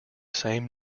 same